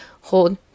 hold